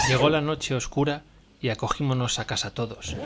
llegó la noche oscura y acogímonos a casa todos